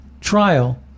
trial